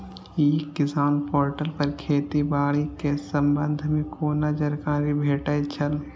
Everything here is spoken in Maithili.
ई किसान पोर्टल पर खेती बाड़ी के संबंध में कोना जानकारी भेटय छल?